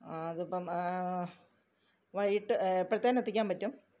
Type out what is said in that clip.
അതിപ്പോള് വൈകിട്ട് എപ്പഴത്തേന് എത്തിക്കാന് പറ്റും